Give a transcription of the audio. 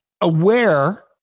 aware